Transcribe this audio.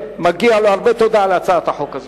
מגיעה לו הרבה תודה על הצעת החוק הזאת.